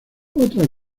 otras